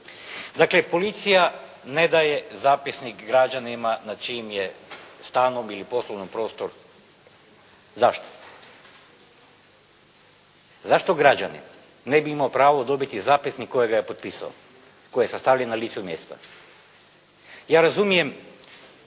Dakle, policija ne daje zapisnik građanima nad čijim je stanom ili poslovnom prostor. Zašto? Zašto građanin ne bi imao pravo dobiti zapisnik kojega je potpisao, koji je sastavljen na licu mjesta. Ja razumijem